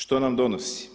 Što nam donosi?